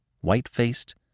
White-faced